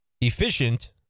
efficient